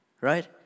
right